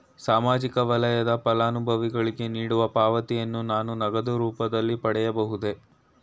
ಸಾಮಾಜಿಕ ವಲಯದ ಫಲಾನುಭವಿಗಳಿಗೆ ನೀಡುವ ಪಾವತಿಯನ್ನು ನಾನು ನಗದು ರೂಪದಲ್ಲಿ ಪಡೆಯಬಹುದೇ?